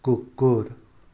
कुकुर